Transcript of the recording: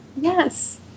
yes